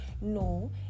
No